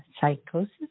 Psychosis